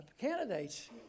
candidates